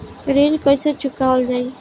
ऋण कैसे चुकावल जाई?